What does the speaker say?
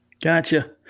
Gotcha